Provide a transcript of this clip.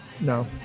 No